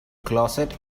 closet